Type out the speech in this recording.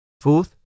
Fourth